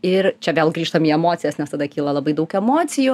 ir čia vėl grįžtam į emocijas nes tada kyla labai daug emocijų